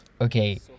Okay